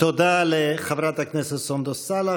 תודה לחברת הכנסת סונדוס סאלח.